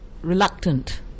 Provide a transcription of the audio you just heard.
reluctant